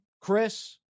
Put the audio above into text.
Chris